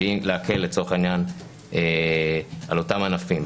שהיא להקל לצורך העניין על אותם ענפים.